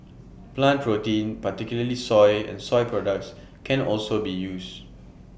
plant protein particularly soy and soy products can also be used